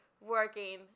Working